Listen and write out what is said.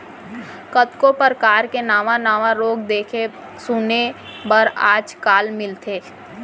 कतको परकार के नावा नावा रोग देखे सुने बर आज काल मिलथे